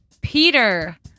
Peter